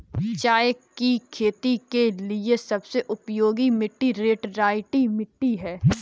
चाय की खेती के लिए सबसे उपयुक्त मिट्टी लैटराइट मिट्टी है